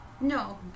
No